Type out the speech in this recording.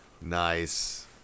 Nice